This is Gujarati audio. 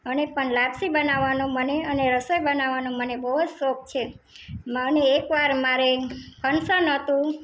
મને પણ લાપસી બનાવાનો મને અને રસોઈ બનાવાનો મને બહુ જ શોખ છે મને એકવાર મારે ફંન્સન હતું